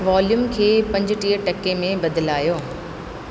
volume खे पंजटीह टके में बदिलायो